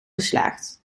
geslaagd